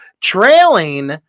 trailing